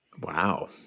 Wow